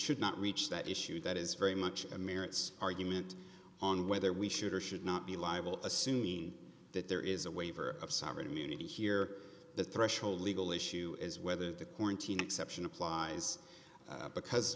should not reach that issue that is very much a merits argument on whether we should or should not be liable assuming that there is a waiver of sovereign immunity here the threshold legal issue is whether the quarantine exception applies because